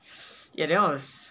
yeah that one was